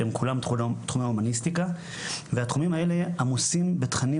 שהם כולם בתחום ההומניסטיקה והתחומים האלה עמוסים בתכנים